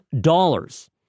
dollars